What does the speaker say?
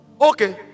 Okay